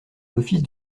l’office